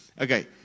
okay